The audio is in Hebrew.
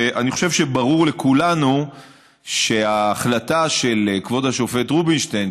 ואני חושב שברור לכולנו שההחלטה של כבוד השופט רובינשטיין,